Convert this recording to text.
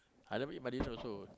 I never eat my dinner also